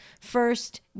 first